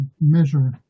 measure